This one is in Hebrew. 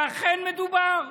ואכן מדובר,